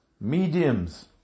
mediums